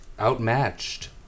Outmatched